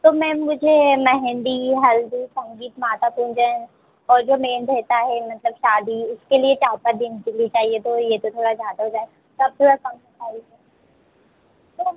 तो मैम मुझे मेहंदी हल्दी संगीत माता पूजन और जो मेन रहता है मतलब शादी उसके लिए चार पाँच दिन के लिए चाहिए तो यह तो थोड़ा ज़्यादा हो जाए तो आप थोड़ा कम बताइए तो